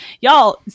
Y'all